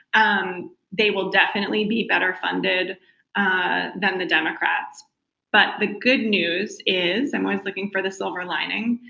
um they will definitely be better funded ah than the democrats but the good news is, i'm always looking for the silver lining,